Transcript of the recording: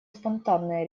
спонтанное